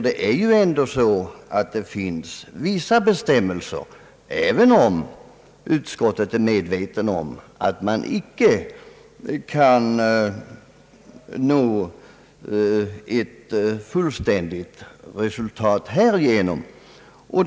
Det är ändå på det sättet att det finns vissa bestämmelser, även om utskottets ledamöter är medvetna om att man inte kan uppnå ett fullgott resultat med tilllämpning av dem.